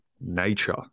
nature